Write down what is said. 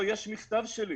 יש מכתב שלי